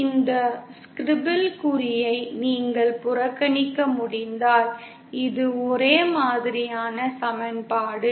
இந்த ஸ்கிரிபில் குறியை நீங்கள் புறக்கணிக்க முடிந்தால் இது ஒரே மாதிரியான சமன்பாடு